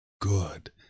good